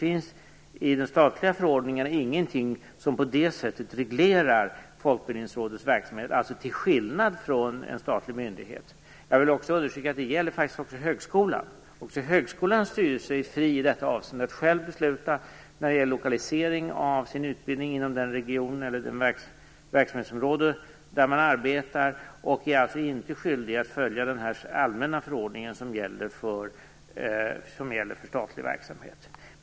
I de statliga förordningarna finns ingenting som reglerar Folkbildningsrådets verksamhet på det sättet, till skillnad från vad som gäller en statlig myndighet. Jag vill också understryka att detta också gäller högskolan. Högskolans styrelse är fri att själv besluta om lokalisering av sin utbildning inom den region eller det verksamhetsområde som man arbetar i. Man är alltså inte skyldig att följa den allmänna förordning som gäller för statlig verksamhet.